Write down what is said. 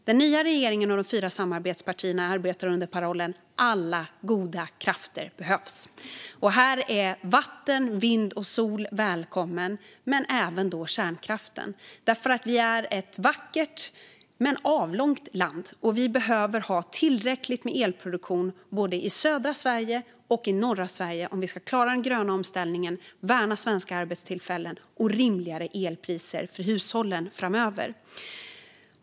Den nya regeringen och de fyra samarbetspartierna arbetar under parollen att alla goda krafter behövs och att vatten, vind och sol är välkomna men även kärnkraften, för vi är ett vackert men avlångt land som behöver ha tillräckligt med elproduktion både i södra Sverige och i norra Sverige om vi ska klara den gröna omställningen, värna svenska arbetstillfällen och få rimligare elpriser för hushållen framöver.